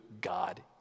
God